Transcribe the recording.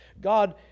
God